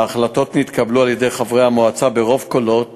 ההחלטות נתקבלו על-ידי חברי המועצה ברוב קולות